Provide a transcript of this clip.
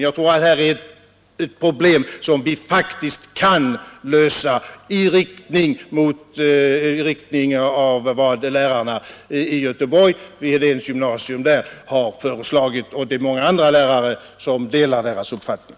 Jag tror att detta är ett problem som vi faktiskt kan lösa i den riktning som har föreslagits av lärarna vid Hedéns gymnasium i Göteborg och av de många andra lärare som delar deras uppfattning.